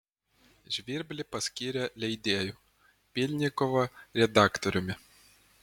žvirblį paskyrė leidėju pylnikovą redaktoriumi